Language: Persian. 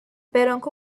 برانکو